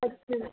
अच्छा